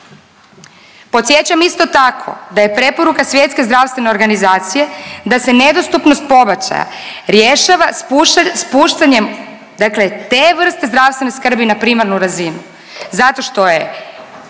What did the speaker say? Podsjećam isto tako da je preporuka Svjetske zdravstvene organizacije da se nedostupnost pobačaja rješava spuštanjem, dakle te vrste zdravstvene skrbi na primarnu razinu zato što je